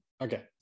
Okay